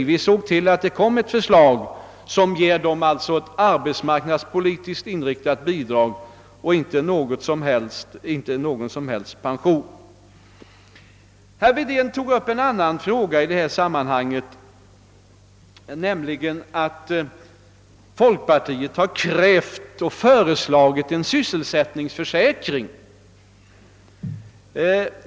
Vi såg till att det framlades ett förslag som ger dem ett arbetsmarknadspolitiskt inriktat bidrag, inte någon pension. Herr Wedén tog upp en annan fråga i detta sammanhang, nämligen att folkpartiet har krävt och föreslagit en sysselsättningsförsäkring.